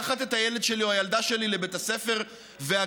לקחת את הילד שלי או הילדה שלי לבית הספר והגן?